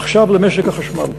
עכשיו למשק החשמל.